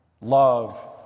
love